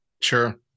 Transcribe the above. Sure